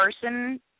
person